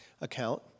account